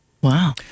Wow